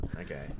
Okay